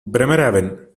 bremerhaven